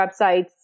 websites